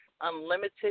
Unlimited